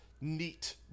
neat